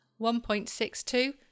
1.62